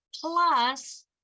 plus